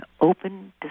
open